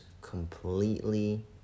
completely